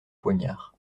poignard